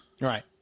Right